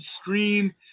Scream